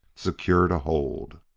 secured a hold.